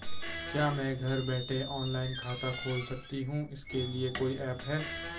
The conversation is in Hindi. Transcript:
क्या मैं घर बैठे ऑनलाइन खाता खोल सकती हूँ इसके लिए कोई ऐप है?